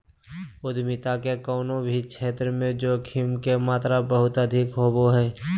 उद्यमिता के कउनो भी क्षेत्र मे जोखिम के मात्रा बहुत अधिक होवो हय